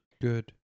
Good